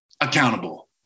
accountable